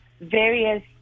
various